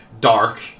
dark